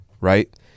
Right